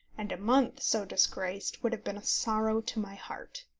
and a month so disgraced would have been a sorrow to my heart.